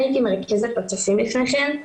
אני הייתי מרכזת בצופים לפני כן,